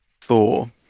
Thor